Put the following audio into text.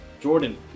Jordan